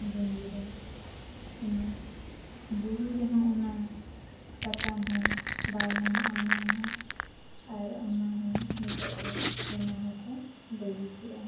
ᱜᱷᱩᱸᱜᱩ ᱫᱚ ᱵᱩᱨᱩ ᱨᱮᱦᱚᱸ ᱚᱱᱟ ᱥᱟᱠᱟᱢ ᱦᱚᱸ ᱵᱟᱭ ᱧᱟᱢᱚᱜᱼᱟ ᱧᱟᱢᱦᱚᱸ ᱟᱨ ᱚᱱᱟᱦᱚᱸ ᱱᱤᱛᱳᱜ ᱫᱚ ᱵᱮᱱᱟᱣ ᱦᱚᱸᱠᱚ ᱵᱟᱹᱜᱤ ᱠᱮᱜᱼᱟ